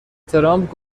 ترامپ